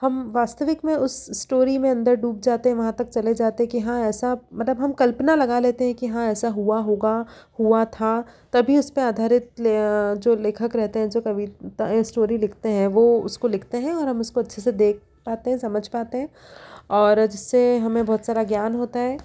हम वास्तविक में उस स्टोरी में अंदर डूब जाते हैं वहाँ तक चले जाते कि हाँ ऐसा मतलब हम कल्पना लगा लेते हैं कि हाँ ऐसा हुआ होगा हुआ था तभी उस पर आधारित जो लेखक रहते हैं जो कभी स्टोरी लिखते हैं वो उसको लिखते हैं और हम उसको अच्छे से देख पाते हैं समझ पाते हैं और जिससे हमें बहुत सारा ज्ञान होता है